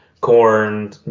corn